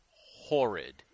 horrid